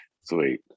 Sweet